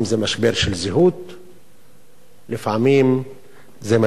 לפעמים זה משבר בביטחון האישי, אבל מצב משברי.